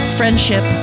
friendship